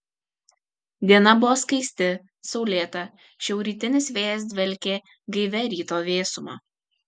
diena buvo skaisti saulėta šiaurrytinis vėjas dvelkė gaivia ryto vėsuma